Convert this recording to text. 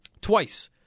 Twice